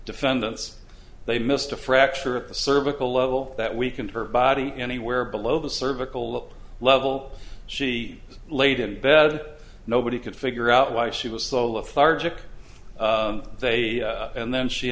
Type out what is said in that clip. defendants they missed a fracture of the cervical level that we can to her body anywhere below the cervical level she laid in bed nobody could figure out why she was so lethargic they and then she